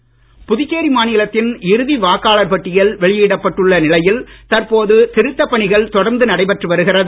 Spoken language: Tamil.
தேர்தல் துறை புதுச்சேரி மாநிலத்தின் இறுதி வாக்காளர் பட்டியல் வெளியிடப்பட்டுள்ள நிலையில் தற்போது திருத்தப் பணிகள் தொடர்ந்து நடைபெற்று வருகிறது